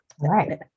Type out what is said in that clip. right